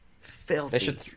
Filthy